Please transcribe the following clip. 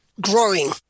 growing